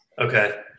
Okay